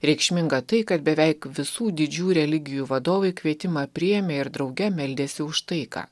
reikšminga tai kad beveik visų didžių religijų vadovai kvietimą priėmė ir drauge meldėsi už taiką